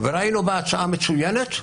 ראינו בה הצעה מצוינת,